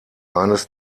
eines